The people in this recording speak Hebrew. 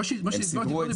מה שהסברתי קודם,